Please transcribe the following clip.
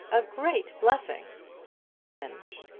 a great blessing, said miss penge.